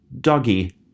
doggy